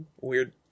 weird